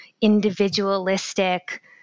individualistic